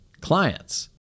clients